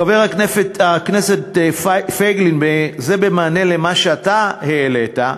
חבר הכנסת פייגלין, זה במענה למה שאתה העלית: